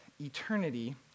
eternity